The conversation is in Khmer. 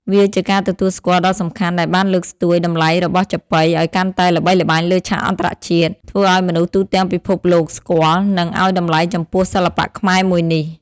វាជាការទទួលស្គាល់ដ៏សំខាន់ដែលបានលើកស្ទួយតម្លៃរបស់ចាប៉ីឱ្យកាន់តែល្បីល្បាញលើឆាកអន្តរជាតិ ធ្វើឱ្យមនុស្សទូទាំងពិភពលោកស្គាល់ និងឱ្យតម្លៃចំពោះសិល្បៈខ្មែរមួយនេះ។